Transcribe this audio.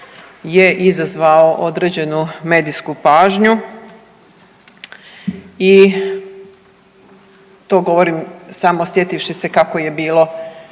je izazvao određenu medijsku pažnju i to govorim samo sjetivši se kako je bilo